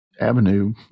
avenue